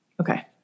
Okay